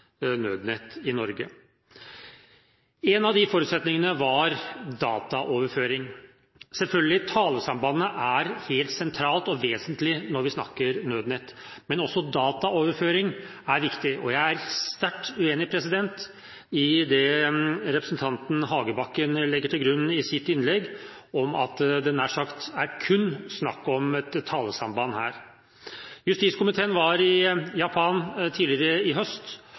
forutsetningene var dataoverføring. Selvfølgelig – talesambandet er helt sentralt, og vesentlig når vi snakker nødnett, men også dataoverføring er viktig. Jeg er sterkt uenig i det representanten Hagebakken legger til grunn i sitt innlegg om at det nær sagt kun er snakk om et talesamband her. Justiskomiteen var i Japan tidligere i høst